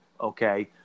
okay